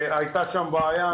היתה שם בעיה,